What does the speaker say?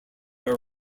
are